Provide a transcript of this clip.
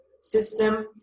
System